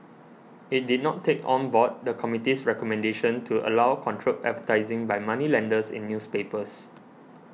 it did not take on board the committee's recommendation to allow controlled advertising by moneylenders in newspapers